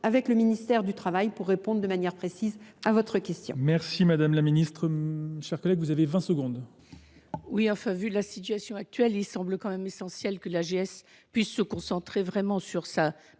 avec le ministère du Travail pour répondre de manière précise à votre question.